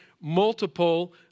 multiple